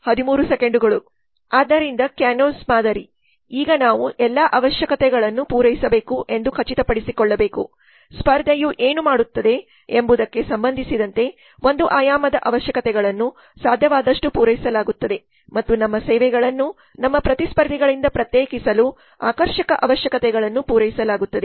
ಆದ್ದರಿಂದ ಕ್ಯಾನೊಸ್ ಮಾದರಿ ಈಗ ನಾವು ಎಲ್ಲಾ ಅವಶ್ಯಕತೆಗಳನ್ನು ಪೂರೈಸಬೇಕು ಎಂದು ಖಚಿತಪಡಿಸಿಕೊಳ್ಳಬೇಕು ಸ್ಪರ್ಧೆಯು ಏನು ಮಾಡುತ್ತದೆ ಎಂಬುದಕ್ಕೆ ಸಂಬಂಧಿಸಿದಂತೆ ಒಂದು ಆಯಾಮದ ಅವಶ್ಯಕತೆಗಳನ್ನು ಸಾಧ್ಯವಾದಷ್ಟು ಪೂರೈಸಲಾಗುತ್ತದೆ ಮತ್ತು ನಮ್ಮ ಸೇವೆಗಳನ್ನು ನಮ್ಮ ಪ್ರತಿಸ್ಪರ್ಧಿಗಳಿಂದ ಪ್ರತ್ಯೇಕಿಸಲು ಆಕರ್ಷಕ ಅವಶ್ಯಕತೆಗಳನ್ನು ಪೂರೈಸಲಾಗುತ್ತದೆ